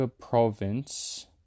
Province